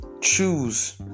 choose